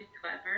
clever